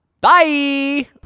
Bye